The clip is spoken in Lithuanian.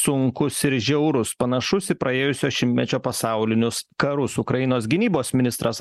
sunkus ir žiaurus panašus į praėjusio šimtmečio pasaulinius karus ukrainos gynybos ministras